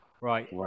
Right